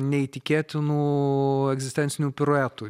neįtikėtinų egzistencinių piruetų